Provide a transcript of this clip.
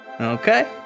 Okay